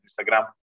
Instagram